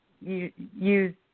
use